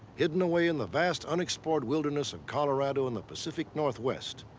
hidden away in the vast unexplored wilderness of colorado in the pacific northwest.